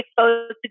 exposed